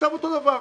עכשיו אותו דבר.